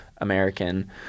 American